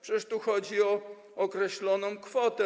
Przecież tu chodzi o określoną kwotę.